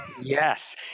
Yes